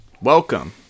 Welcome